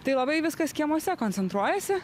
tai labai viskas kiemuose koncentruojasi